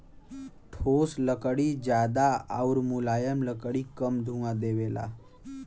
ठोस लकड़ी जादा आउर मुलायम लकड़ी कम धुंआ देवला